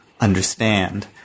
understand